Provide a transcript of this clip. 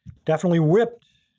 definitely whipped.